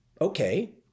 okay